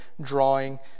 drawing